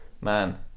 man